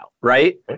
right